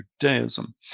Judaism